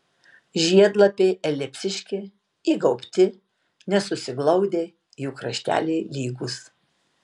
žiedlapiai elipsiški įgaubti nesusiglaudę jų krašteliai lygūs